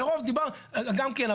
וגם כן,